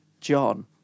John